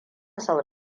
sau